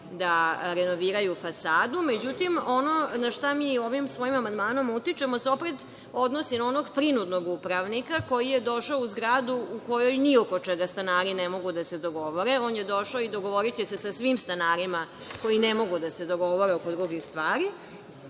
da renoviraju fasadu.Međutim, ono na šta mi ovim svojim amandmanom utičemo se opet odnosi na onog prinudnog upravnika koji je došao u zgradu u kojoj ni oko čega stanari ne mogu da se dogovore, on je došao i dogovoriće se sa svim stanarima koji ne mogu da se dogovore oko drugih stvari,